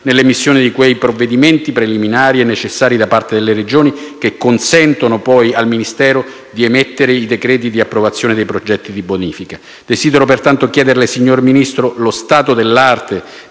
nell'emissione di quei provvedimenti preliminari e necessari, da parte delle Regioni, che consentono poi al Ministero di emettere i decreti di approvazione dei progetti di bonifica. Desidero pertanto chiederle, signor Ministro, lo stato dell'arte